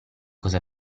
cosa